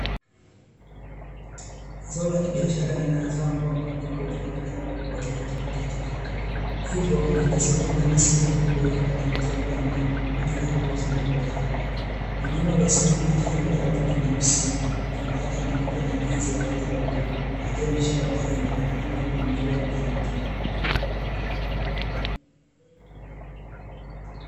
Zao la kibiashara aina zao ambalo mkulima hulima kwa lengo kubwa kwa ajili ya kujipatia kipato, hivyo hulazimika kulima sehemu kubwa ili kupata mazao mengi kwa ajili ya kuuza kujipatia kipato. Wanaume waliosimama wakiwa wamevalia mabuti meusi, fulana yake nyeupe na jinsi ya rangi ya bluu akiwa ameshikilia mahindi inaonekana ni mkulima mzuri wa mahindi.